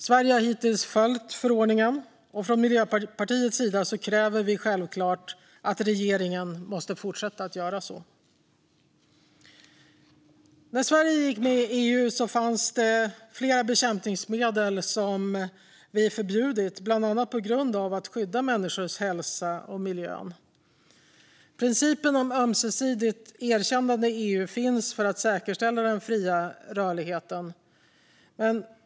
Sverige har hittills följt förordningen, och från Miljöpartiets sida kräver vi självklart att regeringen fortsätter att göra så. När vi i Sverige gick med i EU fanns det flera bekämpningsmedel som vi hade förbjudit, bland annat för att skydda människors hälsa och miljön. Principen om ömsesidigt erkännande i EU finns för att säkerställa den fria rörligheten.